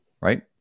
right